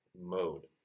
mode